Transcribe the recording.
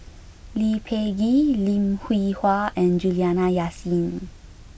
Lee Peh Gee Lim Hwee Hua and Juliana Yasin